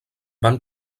van